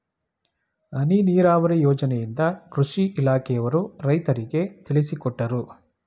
ಹನಿ ನೀರಾವರಿ ಯೋಜನೆಯಿಂದ ಕೃಷಿ ಇಲಾಖೆಯವರು ರೈತರಿಗೆ ತಿಳಿಸಿಕೊಟ್ಟರು